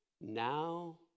Now